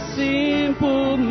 simple